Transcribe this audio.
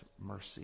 mercy